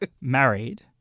married